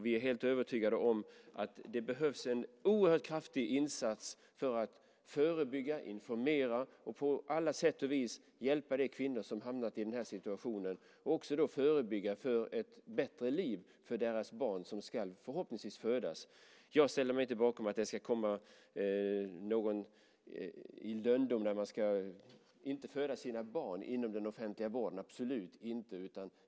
Vi är helt övertygade om att det behövs en oerhört kraftig insats för att förebygga, informera och på alla sätt och vis hjälpa de kvinnor som hamnat i den här situationen - också förebygga för ett bättre liv för deras barn som förhoppningsvis ska födas. Jag ställer mig inte bakom att någon ska föda sitt barn i lönndom och inte inom den offentliga vården, absolut inte.